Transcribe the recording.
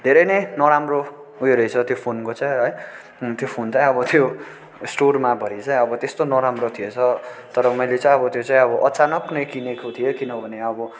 धेरै नै नराम्रो उयो रहेछ त्यो फोनको चाहिँ है त्यो फोन चाहिँ अब त्यो स्टोरमा भए चाहिँ त्यस्तो नराम्रो थिएछ तर मैले चाहिँ अब त्यो चाहिँ अब अचानक नै किनेको थिएँ किनभने अब